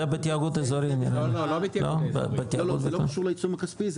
זה בדבר החקיקה, זה לא קשור לעיצום הכספי.